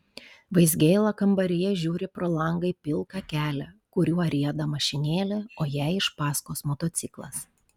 vaizgėla kambaryje žiūri pro langą į pilką kelią kuriuo rieda mašinėlė o jai iš paskos motociklas